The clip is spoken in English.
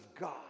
God